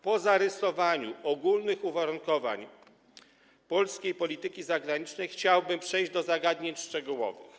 Po zarysowaniu ogólnych uwarunkowań polskiej polityki zagranicznej chciałbym przejść do zagadnień szczegółowych.